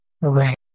Right